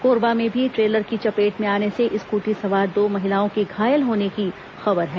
कोरबा में भी ट्रेलर की चपेट में आने से स्कूटी सवार दो महिलाओं के घायल होने की खबर है